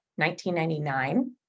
1999